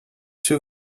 two